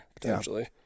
potentially